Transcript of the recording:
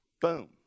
Boom